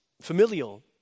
familial